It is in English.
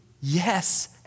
Yes